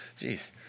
jeez